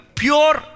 pure